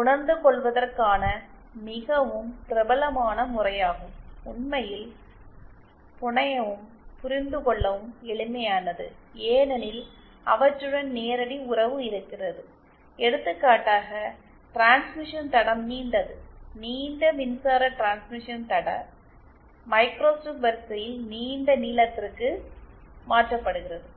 உணர்ந்து கொள்வதற்கான மிகவும் பிரபலமான முறையாகும் உண்மையில் புனையவும் புரிந்து கொள்ளவும் எளிமையானது ஏனெனில் அவற்றுடன் நேரடி உறவு இருக்கிறது எடுத்துக்காட்டாக டிரான்ஸ்மிஷன் தடம் நீண்டது நீண்ட மின்சார டிரான்ஸ்மிஷன் தட மைக்ரோஸ்டிரிப் வரிசையில் நீண்ட நீளத்திற்கு மாற்றப்படுகிறது